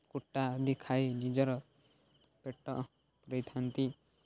କୁଟା ଆଦି ଖାଇ ନିଜର ପେଟ ପୁରାଇଥାନ୍ତି